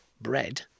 bread